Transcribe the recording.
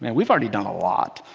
yeah we've already done a lot.